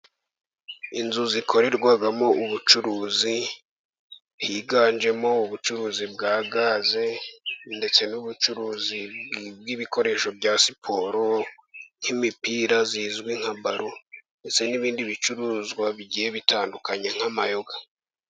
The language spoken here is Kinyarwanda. Inzu zikorerwamo ubucuruzi higanjemo ubucuruzi bwa gaze ndetse n'ubucuruzi bw'ibikoresho bya siporo, nk'imipira izwi nka balo ndetse n'ibindi bicuruzwa bigiye bitandukanye nk'amayoga.